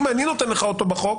אם אני נותן לך אותו בחוק,